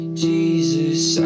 Jesus